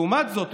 לעומת זאת,